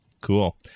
Cool